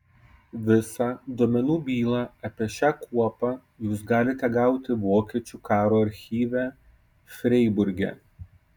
visą duomenų bylą apie šią kuopą jūs galite gauti vokiečių karo archyve freiburge